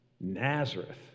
Nazareth